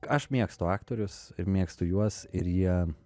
aš mėgstu aktorius ir mėgstu juos ir jie